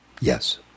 Yes